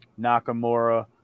Nakamura